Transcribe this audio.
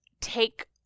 take